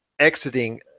exiting